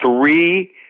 three